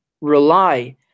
rely